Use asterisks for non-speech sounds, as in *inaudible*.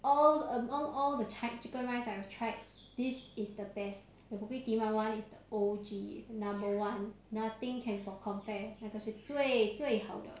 all among all the *noise* chicken rice I've tried this is the best the bukit timah [one] is the O_G number one nothing can compare 那个是最最好的